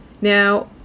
Now